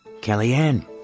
Kellyanne